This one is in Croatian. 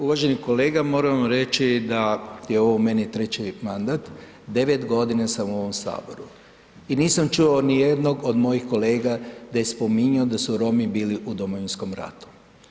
Uvažani kolega, moramo reći da je ovo meni treći mandat, 9 g. sam u ovom Saboru i nisam čuo nijednog od mojih kolega da je spominjao da su Romi bili u Domovinskom ratu.